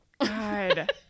God